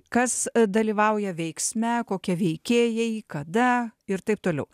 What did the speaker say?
kas dalyvauja veiksme kokie veikėjai kada ir taip toliau